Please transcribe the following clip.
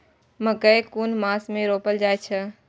मकेय कुन मास में रोपल जाय छै?